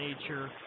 nature